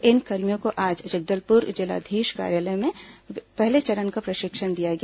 इन कर्मियों को आज जगदलपुर जिलाधीश कार्यालय में पहले चरण का प्रशिक्षण दिया गया